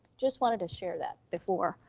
just wanted to share that before,